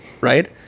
right